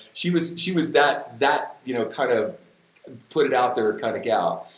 she was she was that that you know kind of put it out there kind of gal.